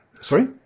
Sorry